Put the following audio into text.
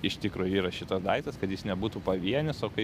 iš tikro yra šitas daiktas kad jis nebūtų pavienis o kai